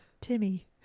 Timmy